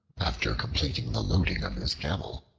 after completing the loading of his camel,